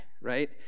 right